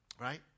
right